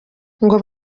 ngo